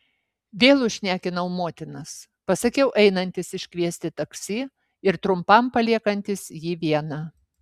vėl užšnekinau motinas pasakiau einantis iškviesti taksi ir trumpam paliekantis jį vieną